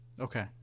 Okay